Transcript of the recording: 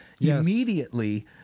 immediately